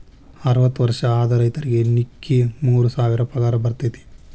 ಅರ್ವತ್ತ ವರ್ಷ ಆದ ರೈತರಿಗೆ ನಿಕ್ಕಿ ಮೂರ ಸಾವಿರ ಪಗಾರ ಬರ್ತೈತಿ